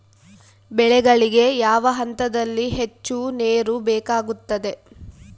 ಬೆಳೆಗಳಿಗೆ ಯಾವ ಹಂತದಲ್ಲಿ ಹೆಚ್ಚು ನೇರು ಬೇಕಾಗುತ್ತದೆ?